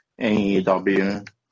AEW